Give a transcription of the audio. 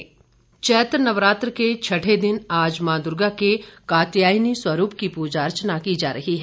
नवरात्र चैत्र नवरात्र के छटे दिन आज माँ दुर्गा के कात्यायनी स्वरूप की पूजा अर्चना की जा रही है